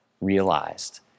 realized